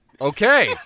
Okay